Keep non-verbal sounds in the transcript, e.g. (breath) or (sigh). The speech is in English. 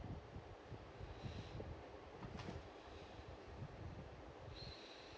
(breath)